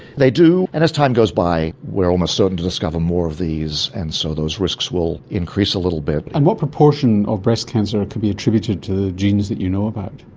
they do. and as time goes by we're almost certain to discover more of these and so those risks will increase a little bit. and what proportion of breast cancer could be attributed to the genes that you know about?